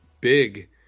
big